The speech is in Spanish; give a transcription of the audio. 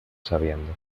sabiendo